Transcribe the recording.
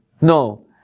No